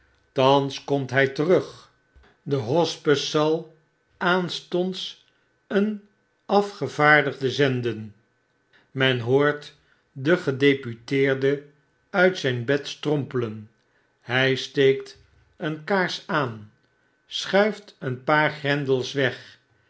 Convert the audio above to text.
thans komt hy terug de hospes zal aanstondseenafgevaardigde zenden men hoort den gedeputeeule uit zyn bed strompelen hy steekt een kaars aan schuift een paar grendels weg